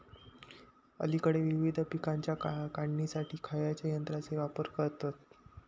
अलीकडे विविध पीकांच्या काढणीसाठी खयाच्या यंत्राचो वापर करतत?